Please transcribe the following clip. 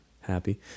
happy